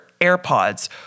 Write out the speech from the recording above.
AirPods